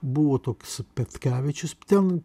buvo toks petkevičius ten